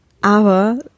Aber